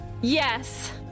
Yes